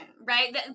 right